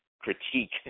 critique